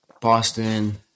Boston